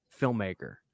filmmaker